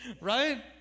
Right